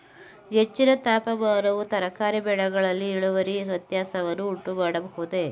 ಹೆಚ್ಚಿನ ತಾಪಮಾನವು ತರಕಾರಿ ಬೆಳೆಗಳಲ್ಲಿ ಇಳುವರಿ ವ್ಯತ್ಯಾಸವನ್ನು ಉಂಟುಮಾಡಬಹುದೇ?